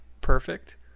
perfect